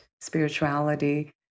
spirituality